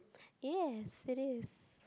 yes it is